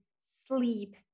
sleep